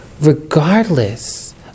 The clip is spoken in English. regardless